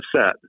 set